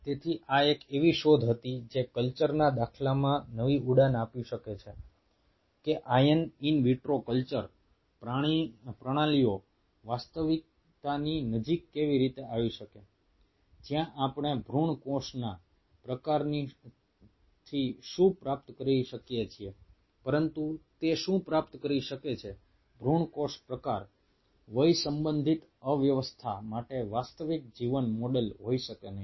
તેથી આ એક એવી શોધ હતી જે કલ્ચરના દાખલામાં નવી ઉડાન આપી છે કે આયન ઈન વિટ્રો કલ્ચર પ્રણાલીઓ વાસ્તવિકતાની નજીક કેવી રીતે આવી શકે છે જ્યાં આપણે ભૃણ કોષના પ્રકારથી શું પ્રાપ્ત કરી શકીએ છીએ પરંતુ તે શું પ્રાપ્ત કરી શકે છે ભૃણ કોષ પ્રકાર વય સંબંધિત અવ્યવસ્થા માટે વાસ્તવિક જીવન મોડેલ હોઈ શકે નહીં